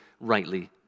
rightly